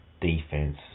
defense